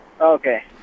Okay